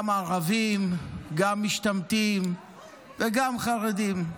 גם הערבים, גם משתמטים וגם חרדים.